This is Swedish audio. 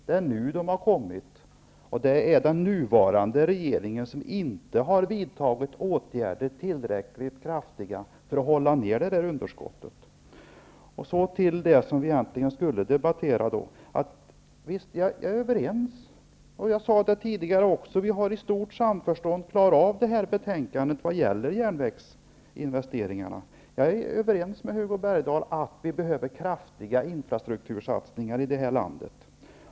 Det är nu som budgetunderskottet har uppstått, och det är den nuvarande regeringen som inte har vidtagit tillräckligt kraftfulla åtgärder för att kunna hålla nere underskottet. Så över till det som vi egentligen skulle debattera. Vi har i stort samförstånd behandlat betänkandet om järnvägsinvesteringarna i utskottet. Jag är överens med Hugo Bergdahl om att det behövs kraftiga infrastruktursatsningar i det här landet.